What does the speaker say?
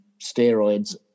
steroids